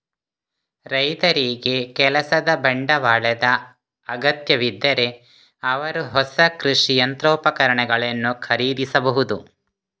ರೈತರಿಗೆ ಕೆಲಸದ ಬಂಡವಾಳದ ಅಗತ್ಯವಿದ್ದರೆ ಅವರು ಹೊಸ ಕೃಷಿ ಯಂತ್ರೋಪಕರಣಗಳನ್ನು ಖರೀದಿಸಬಹುದು